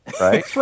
Right